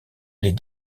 les